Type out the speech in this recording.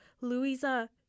Louisa